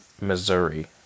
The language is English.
Missouri